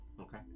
Okay